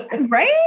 right